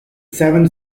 seven